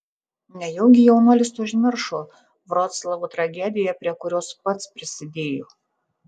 nejaugi jaunuolis užmiršo vroclavo tragediją prie kurios pats prisidėjo